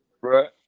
right